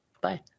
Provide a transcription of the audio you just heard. Bye